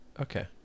Okay